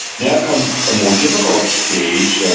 now comes the more difficult stage.